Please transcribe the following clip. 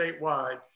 statewide